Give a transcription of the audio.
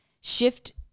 Shift